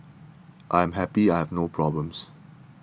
I am happy I have no problems